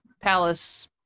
palace